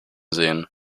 sehen